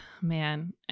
Man